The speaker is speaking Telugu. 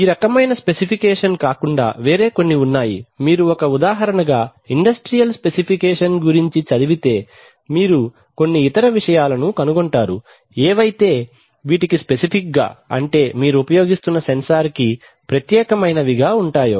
ఈ రకమైన స్పెసిఫికేషన్ కాకుండా వేరే కొన్ని ఉన్నాయి మీరు ఒక ఉదాహరణగా ఇండస్ట్రియల్ స్పెసిఫికేషన్ గురించి చదివితే మీరు కొన్ని ఇతర విషయాలను కనుగొంటారు ఏవైతే వీటికి స్పెసిఫిక్ గా అంటే మీరు ఉపయోగిస్తున్న సెన్సార్ కి ప్రత్యేకమైనవిగా ఉంటాయో